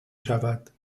شود